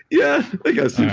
yeah, i guess